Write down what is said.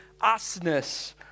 usness